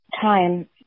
time